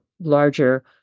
larger